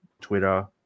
Twitter